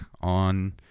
on